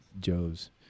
Joes